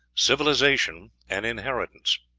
civilization an inheritance.